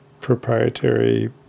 proprietary